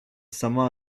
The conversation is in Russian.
сама